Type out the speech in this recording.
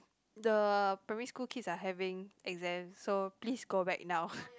the primary school kids are having exams so please go back now